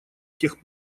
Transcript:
тех